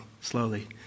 slowly